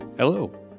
Hello